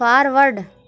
forward